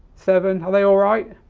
seven, are they all right?